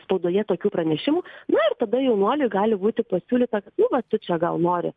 spaudoje tokių pranešimų na ir tada jaunuoliui gali būti pasiūlyta nu va tu čia gal nori